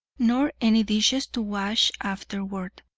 nor any dishes to wash afterward.